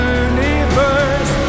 universe